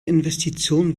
investition